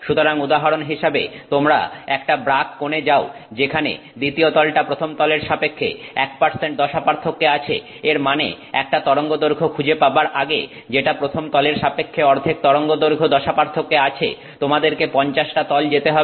সুতরাং উদাহরণ হিসাবে তোমরা একটা ব্রাগ কোণে যাও যেখানে দ্বিতীয় তলটা প্রথম তলের সাপেক্ষে 1 দশাপার্থক্যে আছে এর মানে একটা তরঙ্গদৈর্ঘ্য খুঁজে পাবার আগে যেটা প্রথম তলের সাপেক্ষে অর্ধেক তরঙ্গদৈর্ঘ্য দশাপার্থক্যে আছে তোমাদেরকে 50 টা তল যেতে হবে